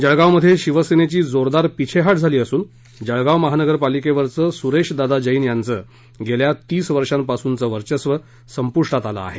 जळगावात शिवसेनेची जोरदार पीछेहाट झाली असून जळगाव महानगरपालिकेवरचं सुरेशदादा जैन यांचं गेल्या तीस वर्षांपासूनचं वर्चस्व संपुष्टात आलं आहे